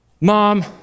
mom